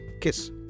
kiss